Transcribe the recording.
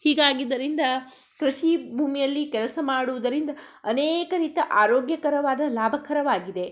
ಹೀಗಾಗಿದರಿಂದ ಕೃಷಿ ಭೂಮಿಯಲ್ಲಿ ಕೆಲಸ ಮಾಡುವುದರಿಂದ ಅನೇಕ ರೀತಿಯ ಆರೋಗ್ಯಕರವಾದ ಲಾಭಕರವಾಗಿದೆ